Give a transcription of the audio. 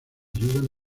ayudan